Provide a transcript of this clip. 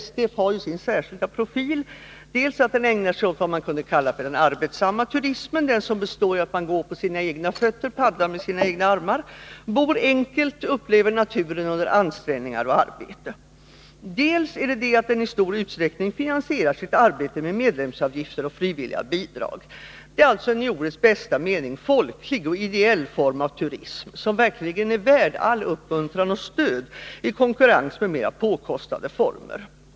STF har ju som sin särskilda profil dels att man ägnar sig åt vad man kunde kalla den arbetssamma turismen — som består i att gå på sina egna fötter, paddla med sina egna armar, bo enkelt och uppleva naturen under ansträngningar och annat — dels att man i stor utsträckning finansierar sitt arbete med medlemsavgifter och frivilliga bidrag. Det gäller alltså en i ordets bästa mening folklig och ideell form av turism, som verkligen är värd all uppmuntran och allt stöd i konkurrensen med mera påkostade former.